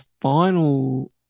final